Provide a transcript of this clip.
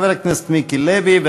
חבר הכנסת מיקי לוי,